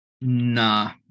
Nah